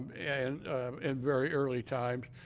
and and very early times.